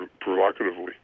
provocatively